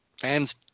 fans